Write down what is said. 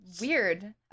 Weird